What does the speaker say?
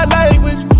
language